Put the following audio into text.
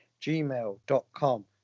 gmail.com